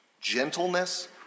gentleness